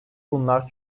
bunlar